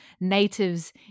natives